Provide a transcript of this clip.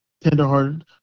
tenderhearted